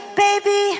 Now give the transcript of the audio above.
baby